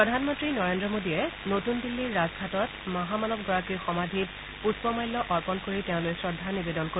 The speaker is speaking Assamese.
প্ৰধানমন্ত্ৰী নৰেন্দ্ৰ মোডীয়ে নতুন দিল্লীৰ ৰাজঘাটত মহামানৱগৰাকীৰ সমাধিত পুষ্পমাল্য অৰ্পণ কৰি তেওঁলৈ শ্ৰদ্ধা নিৱেদন কৰিব